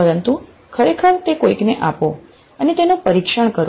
પરંતુ ખરેખર તે કોઈકને આપો અને તેનું પરીક્ષણ કરો